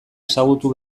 ezagutu